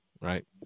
Right